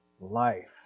life